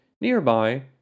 nearby